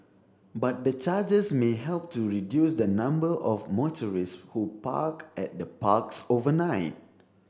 but the charges may help to reduce the number of motorists who park at the parks overnight